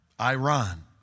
Iran